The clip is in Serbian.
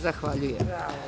Zahvaljujem.